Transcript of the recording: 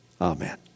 Amen